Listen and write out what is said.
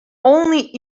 only